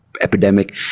epidemic